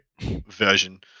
version